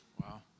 Wow